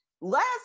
Last